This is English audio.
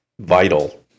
vital